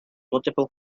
multiple